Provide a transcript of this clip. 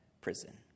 prison